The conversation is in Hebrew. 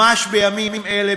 ממש בימים אלו